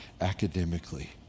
academically